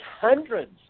hundreds